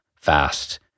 fast